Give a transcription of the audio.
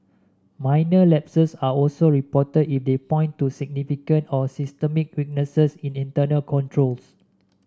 minor lapses are also reported if they point to significant or systemic weaknesses in internal controls